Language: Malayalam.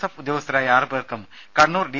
എഫ് ഉദ്യോഗസ്ഥരായ ആറു പേർക്കും കണ്ണൂർ ഡി